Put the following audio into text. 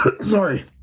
sorry